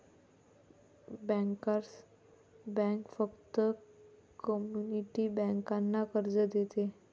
bankers bank फक्त community बँकांना कर्ज देते